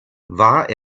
war